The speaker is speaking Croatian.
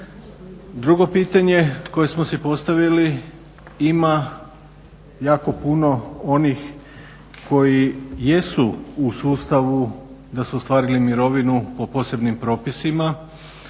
Drugo pitanje koje smo si postavili, ima jako puno onih koji jesu u sustavu da su ostvarili mirovinu po posebnim propisima,